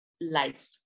life